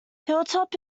hilltop